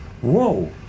Whoa